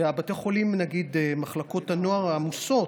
בבתי החולים, מחלקות הנוער עמוסות.